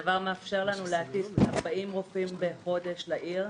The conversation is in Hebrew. הדבר מאפשר לנו להטיס 40 רופאים בחודש לעיר,